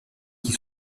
qui